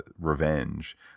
revenge